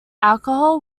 alcohol